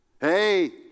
Hey